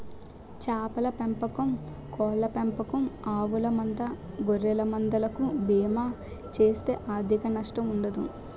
చేపల పెంపకం కోళ్ళ పెంపకం ఆవుల మంద గొర్రెల మంద లకు బీమా చేస్తే ఆర్ధిక నష్టం ఉండదు